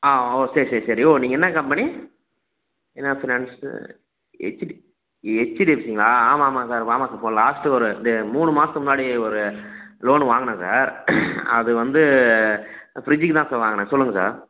ஆ ஓ சரி சரி சரி ஓ நீங்கள் என்ன கம்பெனி என்ன ஃபினான்ஸு ஹெச்டி ஹெச்டிஎஃப்சிங்களா ஆமாம் ஆமாங்க சார் ஆமாங்க இப்போது லாஸ்ட்டு ஒரு மூணு மாதத்துக்கு முன்னாடி ஒரு லோனு வாங்கினேன் சார் அது வந்து ஃபிரிட்ஜுக்குதான் சார் வாங்கினேன் சொல்லுங்க சார்